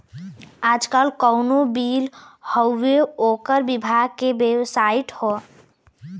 आजकल कउनो बिल हउवे ओकर विभाग के बेबसाइट हौ